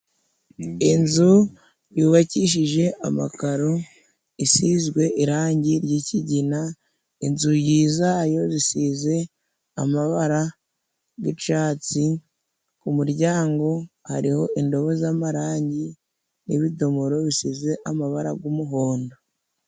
Inzu yubakishije amakaro isizwe irangi ry'ikigina, inzugi zayo zisize amabara g'icyatsi, ku muryango hariho indobo z'amarangi, n'ibidomoro bisize amabara g'umuhondo.